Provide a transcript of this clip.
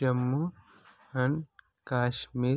Jammu and Kashmir